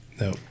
No